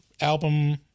album